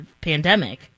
pandemic